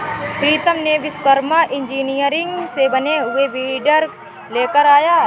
प्रीतम ने विश्वकर्मा इंजीनियरिंग से बने हुए वीडर लेकर आया है